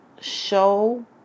show